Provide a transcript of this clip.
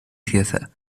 theatre